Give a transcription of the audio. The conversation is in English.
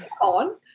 on